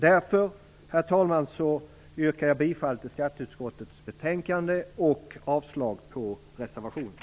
Därför, herr talman, yrkar jag bifall till utskottets hemställan i skatteutskottets betänkande och avslag på reservationen.